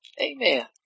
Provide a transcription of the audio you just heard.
Amen